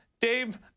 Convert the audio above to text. Dave